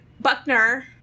Buckner